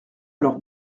alors